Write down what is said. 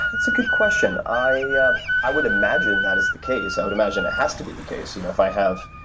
that's a good question. i ah i would imagine that is the case. i would imagine it has to be the case. you know if i have